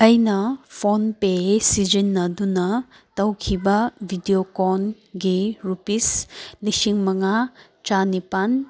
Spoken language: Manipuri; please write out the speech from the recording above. ꯑꯩꯅ ꯐꯣꯟ ꯄꯦ ꯁꯤꯖꯤꯟꯅꯗꯨꯅ ꯇꯧꯈꯤꯕ ꯚꯤꯗꯤꯑꯣ ꯀꯣꯟꯒꯤ ꯔꯨꯄꯤꯁ ꯂꯤꯁꯤꯡ ꯃꯉꯥ ꯆꯥꯅꯤꯄꯥꯟ